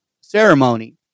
ceremony